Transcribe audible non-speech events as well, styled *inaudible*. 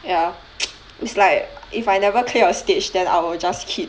ya *noise* it's like if I never clear a stage then I'll just keep